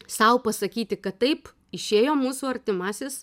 sau pasakyti kad taip išėjo mūsų artimasis